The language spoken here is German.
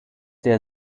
der